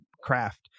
craft